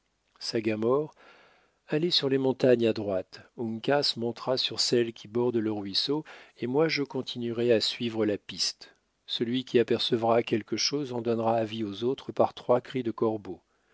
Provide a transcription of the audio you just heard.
sagamore allez sur les montagnes à droite uncas montera sur celles qui bordent le ruisseau et moi je continuerai à suivre la piste celui qui apercevra quelque chose en donnera avis aux autres par trois cris de corbeau